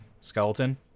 skeleton